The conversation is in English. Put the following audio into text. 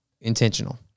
intentional